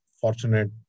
fortunate